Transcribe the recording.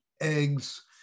eggs